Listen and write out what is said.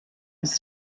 used